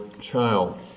child